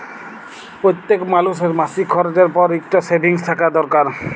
প্যইত্তেক মালুসের মাসিক খরচের পর ইকট সেভিংস থ্যাকা দরকার